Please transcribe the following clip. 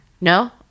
No